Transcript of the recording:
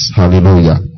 hallelujah